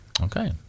Okay